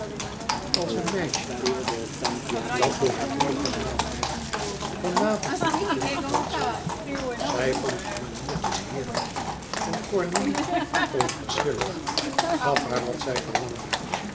als een meisje dat door haar moeder vermaand werd van avond niet te veel te dansen zij vond die maniertjes heerlijk en cornélie onverschillig gaf haar wat zij verlangde